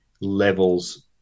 levels